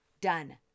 Done